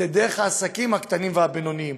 זה דרך העסקים הקטנים והבינוניים.